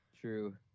True